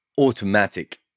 automatic